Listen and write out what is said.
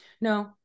No